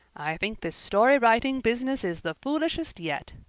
i think this story-writing business is the foolishest yet,